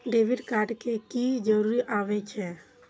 Debit card के की जरूर आवे छै?